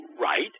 right